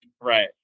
Right